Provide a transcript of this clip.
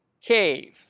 cave